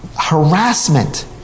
harassment